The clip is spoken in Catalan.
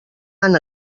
han